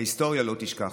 ההיסטוריה לא תשכח.